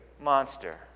monster